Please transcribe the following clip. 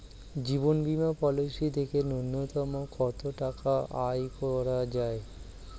জীবন বীমা পলিসি থেকে ন্যূনতম কত টাকা আয় করা যায়?